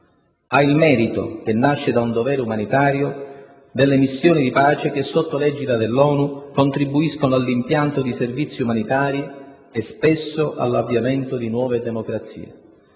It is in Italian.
Ha il merito, che nasce da un dovere umanitario, delle missioni di pace che sotto l'egida dell'ONU contribuiscono all'impianto di servizi umanitari e spesso all'avviamento di nuove democrazie.